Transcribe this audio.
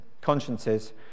consciences